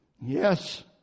Yes